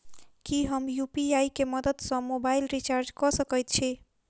की हम यु.पी.आई केँ मदद सँ मोबाइल रीचार्ज कऽ सकैत छी?